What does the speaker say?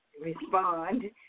respond